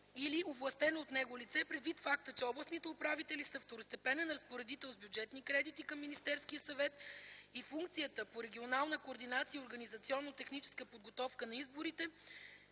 или овластено от него лице предвид факта, че областните управители са второстепенни разпоредители с бюджетни кредити към Министерския съвет и функцията по регионална координация и организационно-техническа подготовка на изборите